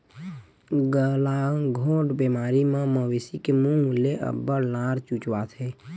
गलाघोंट बेमारी म मवेशी के मूह ले अब्बड़ लार चुचवाथे